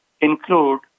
include